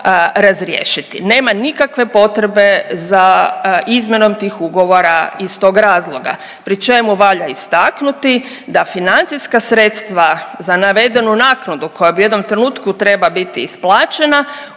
razriješiti. Nema nikakve potrebe za izmjenom tih ugovora iz tog razloga pri čemu valja istaknuti da financijska sredstva za navedenu naknadu koja u jednom trenutku treba biti isplaćena